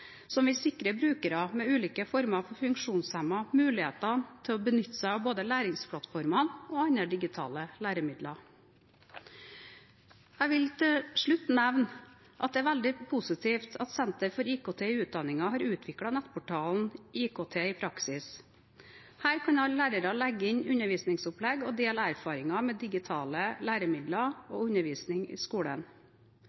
som vil sikre brukere med ulike former for funksjonshemning mulighet til å benytte seg av både læringsplattformer og andre digitale læremidler. Jeg vil til slutt nevne at det er veldig positivt at Senter for IKT i utdanningen har utviklet nettportalen IKT i praksis. Her kan alle lærere legge inn undervisningsopplegg og dele erfaringer med digitale læremidler